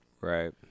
Right